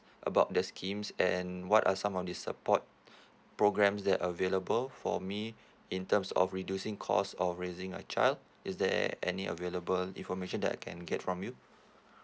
about the schemes and what are some of the support programs that are available for me in terms of reducing cost of raising a child is there any available information that I can get from you